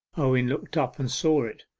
owen looked up and saw it.